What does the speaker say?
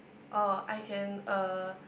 orh I can uh